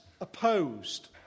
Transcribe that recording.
opposed